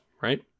right